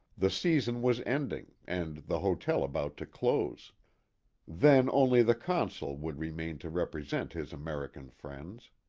the season was ending, and the hotel about to close then only the consul would re main to represent his american friends.